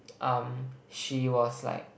um she was like